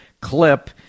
clip